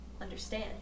understand